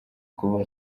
kuva